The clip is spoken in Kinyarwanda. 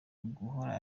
guhora